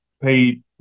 paid